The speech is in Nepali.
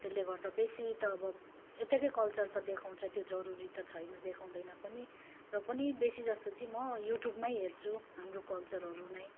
त्यसले गर्दा बेसी त अब यताकै कल्चर त देखाउँछ त्यो जरुरी त छैन देखाउँदैन पनि र पनि बेसी जस्तो चाहिँ म युट्युबमै हेर्छु हाम्रो कल्चरहरू नै